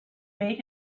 made